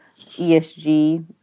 ESG